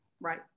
Right